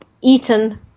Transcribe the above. eaten